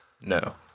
No